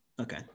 Okay